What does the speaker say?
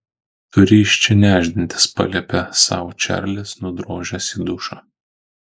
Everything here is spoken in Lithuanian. turi iš čia nešdintis paliepė sau čarlis nudrožęs į dušą